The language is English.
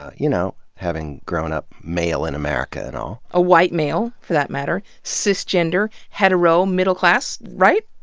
you know, having grown up male in america and all. a white male, for that matter. cis-gender, hetero, middle class, right?